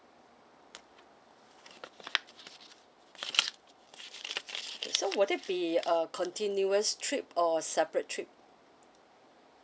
so would it be uh continuous trip or separate trip